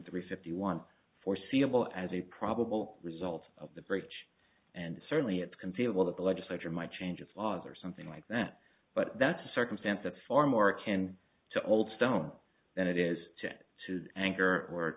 three fifty one foreseeable as a probable result of the breach and certainly it's conceivable that the legislature might change its laws or something like that but that's a circumstance that far more akin to old stone than it is to